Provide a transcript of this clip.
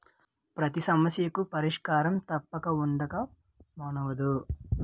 పతి సమస్యకు పరిష్కారం తప్పక ఉండక మానదు